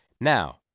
Now